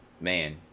man